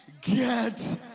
get